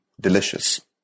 delicious